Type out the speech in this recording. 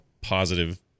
positive